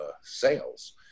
sales